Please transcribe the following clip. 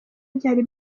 byari